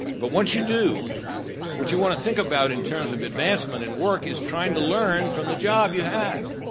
but once you do what you wanna think about in terms of advancement and work is trying to learn from the job you have,